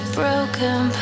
broken